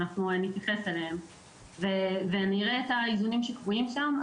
אנחנו נתייחס אליהן ונראה את האיזונים שקבועים שם,